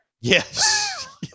Yes